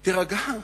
תירגע.